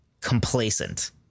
complacent